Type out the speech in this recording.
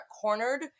cornered